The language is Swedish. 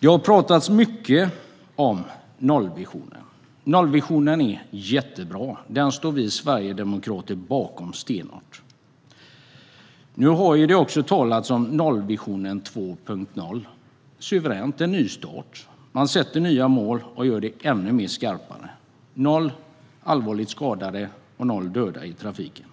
Det har talats mycket om nollvisionen. Den är jättebra, och vi sverigedemokrater står stenhårt bakom den. Nu har det också talats om nollvisionen 2.0 - suveränt, en nystart. Man sätter nya mål och gör det ännu skarpare: noll allvarligt skadade och noll döda i trafiken.